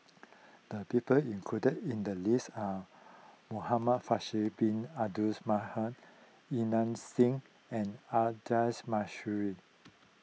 the people included in the list are Muhamad Faisal Bin Abduls Singh and Audra